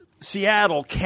Seattle